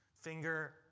finger